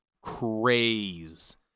craze